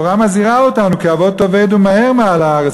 והתורה מזהירה אותנו: "כי אבֹד תאבדון מהר מעל הארץ,